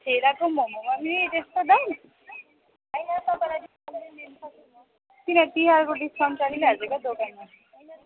ठेलाको मोमोमा पनि त्यस्तो दाम किन तिहारको डिस्काउन्ट छैन हजुरको दोकानमा